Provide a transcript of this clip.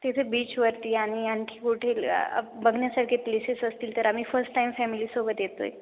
तिथे बीचवरती आणि आणखी कुठे ल बघण्यासारखे प्लेसेस असतील तर आम्ही फस्ट टाइम फॅमिलीसोबत येतो आहे